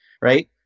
right